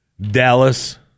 Dallas